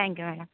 thank you madam